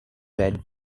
red